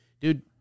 dude